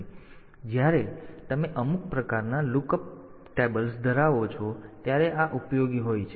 તેથી જ્યારે તમે અમુક પ્રકારના લુક અપ કોષ્ટકો ધરાવો છો ત્યારે આ ઉપયોગી હોય છે